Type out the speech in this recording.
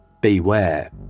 Beware